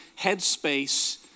headspace